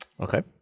Okay